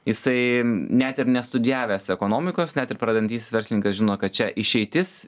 jisai net ir nestudijavęs ekonomikos net ir pradedantysis verslininkas žino kad čia išeitis